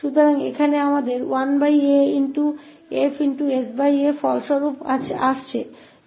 तो यहाँ हमारे पास 1a परिणाम के रूप में आ रहा है